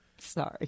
Sorry